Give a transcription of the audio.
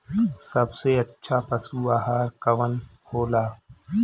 सबसे अच्छा पशु आहार कवन हो ला?